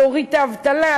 להוריד את האבטלה,